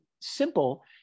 simple